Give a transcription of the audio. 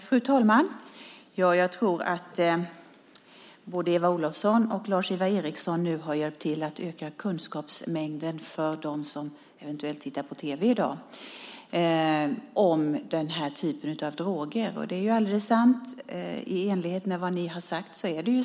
Fru talman! Jag tror att både Eva Olofsson och Lars-Ivar Ericson nu har hjälpt till att öka kunskapsmängden hos dem som eventuellt tittar på tv i dag om den här typen av droger. Det är alldeles sant det som ni har sagt.